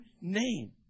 name